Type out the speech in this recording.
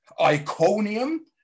Iconium